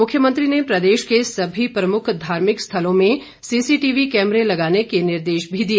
मुख्यमंत्री ने प्रदेश के सभी प्रमुख धार्मिक स्थलों में सीसीटीवी कैमरे लगाने के निर्देश भी दिए